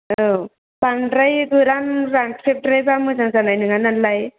औ बांद्राय गोरान रानख्रेबद्रायबा मोजां जानाय नङा नालाय